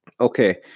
Okay